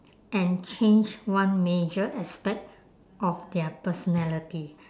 and change one major aspect of their personality